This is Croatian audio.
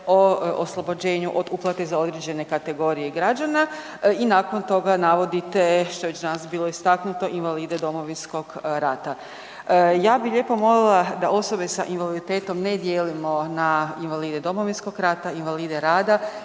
o oslobođenju od uplate za određene kategorije građana i nakon toga navodite, što je već danas bilo istaknuto, invalide Domovinskog rata. Ja bih lijepo milila da osobe sa invaliditetom ne dijelimo na invalide Domovinskog rata, invalide rada